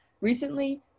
recently